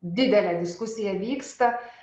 didelė diskusija vyksta